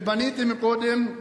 ופניתי קודם,